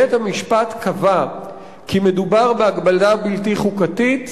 בית-המשפט מצא כי מדובר בהגבלה בלתי חוקתית,